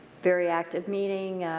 very active meeting.